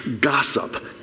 gossip